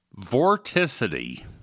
Vorticity